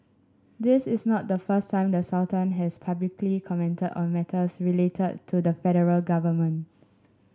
this is not the first time the Sultan has publicly commented on matters relate to the federal government